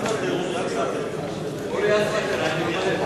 אל תוותר, אורי, אל תוותר.